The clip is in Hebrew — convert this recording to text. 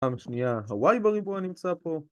פעם שנייה ה-Y בריבוע נמצא פה